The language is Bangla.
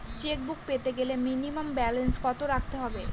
চেকবুক পেতে গেলে মিনিমাম ব্যালেন্স কত রাখতে হবে?